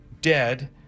dead